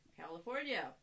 California